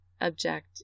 object